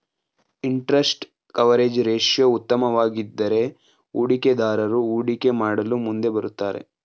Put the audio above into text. interest coverage ratio ಉತ್ತಮವಾಗಿದ್ದರೆ ಹೂಡಿಕೆದಾರರು ಹೂಡಿಕೆ ಮಾಡಲು ಮುಂದೆ ಬರುತ್ತಾರೆ